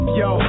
yo